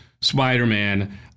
Spider-Man